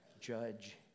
judge